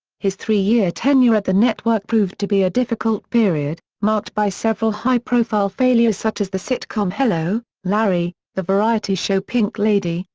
his three-year tenure at the network proved to be a difficult period, marked by several high-profile failures such as the sitcom hello, larry, the variety show pink lady,